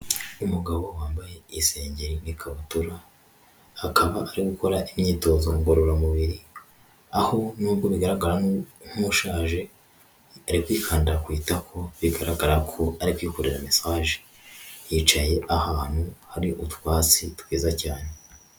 Umugabo wambaye isengeri n'ikabutura, akaba ari gukora imyitozo ngororamubiri, aho nubwo bigaragara nk'ushaje yitaye kwikanda ku itako bigaragara ko ari kwikorera mesaje yicaye ahantu hari utwatsi twiza cyane.